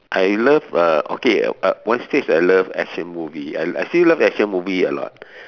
I love uh okay uh one stage I love action movie I I still love action movie a lot